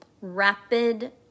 rapid